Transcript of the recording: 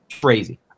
crazy